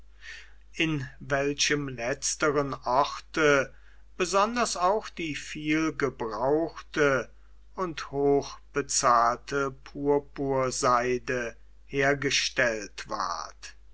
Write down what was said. in welchem letzteren orte besonders auch die viel gebrauchte und hoch bezahlte purpurseide hergestellt ward